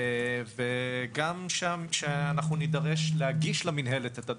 וגם שם אנחנו נידרש להגיש למינהלת את הדוחות.